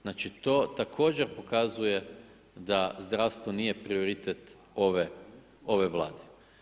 Znači to također pokazuje da zdravstvo nije prioritet ove Vlade.